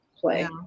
play